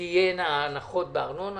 שיהיו הנחות בארנונה,